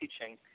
teaching